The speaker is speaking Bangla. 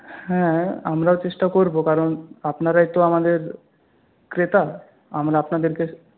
হ্যাঁ আমরাও চেষ্টা করবো কারণ আপনারাই তো আমাদের ক্রেতা আমরা আপনাদেরকে